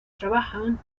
trabajan